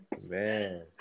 Man